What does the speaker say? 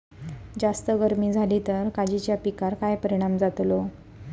जास्त गर्मी जाली तर काजीच्या पीकार काय परिणाम जतालो?